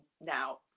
now